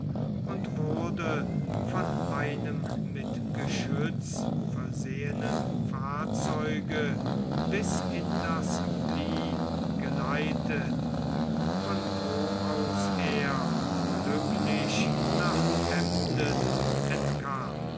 und wurde von einem mit geschütz versehenen fahrzeuge bis in das vlie geleitet von wo aus er glücklich nach emden entkam